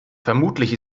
vermutlich